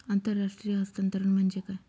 आंतरराष्ट्रीय हस्तांतरण म्हणजे काय?